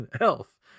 elf